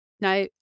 Now